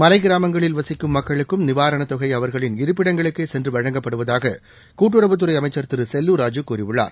மலைகிராமங்களில் வசிக்கும் மக்களுக்கும் நிவாரணத் தொகைஅவர்களின் இருப்பிடங்களுக்கேசென்றுவழங்கப்படுவதாககூட்டுறவுத்துறைஅமைச்சர் திருசெல்லூர் ராஜூ கூறியுள்ளார்